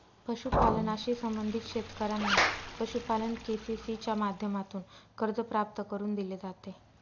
पशुपालनाशी संबंधित शेतकऱ्यांना पशुपालन के.सी.सी च्या माध्यमातून कर्ज प्राप्त करून दिले जाते